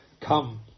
come